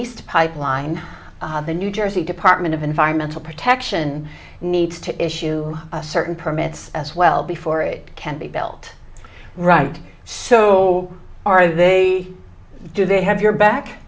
east pipeline the new jersey department of environmental protection needs to issue a certain permits as well before it can be built right so are they do they have your back